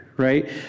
right